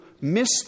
miss